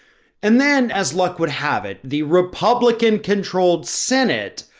and then as luck would have it, the republican controlled senate,